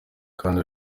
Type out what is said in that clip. kandi